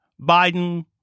Biden